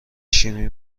شیمی